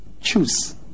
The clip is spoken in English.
choose